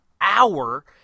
hour